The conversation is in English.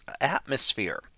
atmosphere